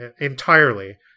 entirely